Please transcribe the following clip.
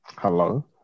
Hello